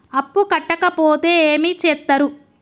అప్పు కట్టకపోతే ఏమి చేత్తరు?